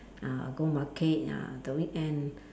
ah go market ya the weekend